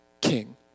king